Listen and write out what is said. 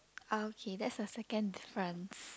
ah okay that's the second difference